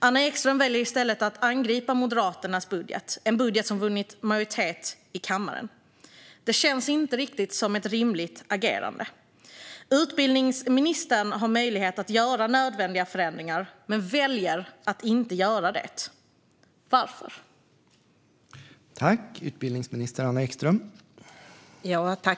Anna Ekström väljer i stället att angripa Moderaternas budget, alltså en budget som vunnit majoritet i kammaren. Det känns inte riktigt som ett rimligt agerande. Utbildningsministern har möjlighet att göra nödvändiga förändringar men väljer att inte göra det. Varför?